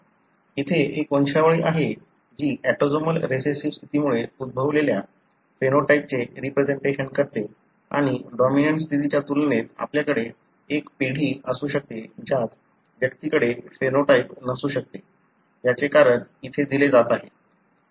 इथे एक वंशावली आहे जी ऑटोसोमल रिसेसिव्ह स्थितीमुळे उद्भवलेल्या फेनोटाइपचे रिप्रेसेंटेशन करते आणि डॉमिनंट स्थितीच्या तुलनेत आपल्याकडे एक पिढी असू शकते ज्यात व्यक्तीकडे फेनोटाइप नसू शकते याचे कारण इथे दिले जात आहे